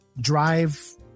drive